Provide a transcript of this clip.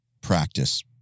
practice